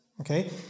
Okay